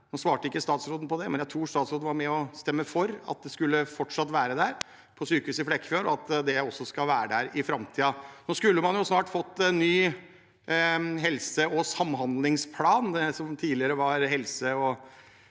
jeg tror statsråden var med og stemte for at dette fortsatt skulle være på sykehuset i Flekkefjord, og at det også skal være der i framtiden. Nå skal man jo snart få en ny helse- og samhandlingsplan, tidligere helse- og